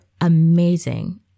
amazing